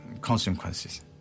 consequences